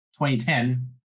2010